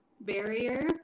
barrier